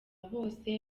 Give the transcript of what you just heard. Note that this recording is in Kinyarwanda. bose